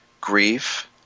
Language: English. grief